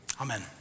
amen